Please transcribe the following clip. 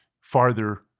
farther